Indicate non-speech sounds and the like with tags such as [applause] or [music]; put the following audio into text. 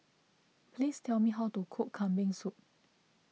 please tell me how to cook Kambing Soup [noise]